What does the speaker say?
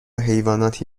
حیواناتی